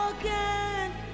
again